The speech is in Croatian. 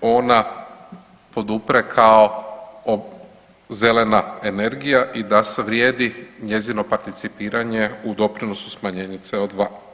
ona podupre kao zelena energija i da se vrijedi njezino participiranje u doprinosu smanjenje CO2.